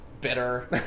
bitter